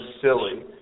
silly